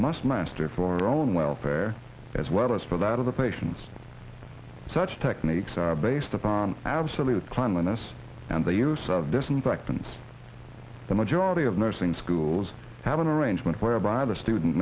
must master for our own welfare as well as for that of the patients such techniques are based upon absolute cleanliness and the use of disinfectant the majority of nursing schools have an arrangement whereby the student